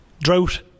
Drought